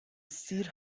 سیر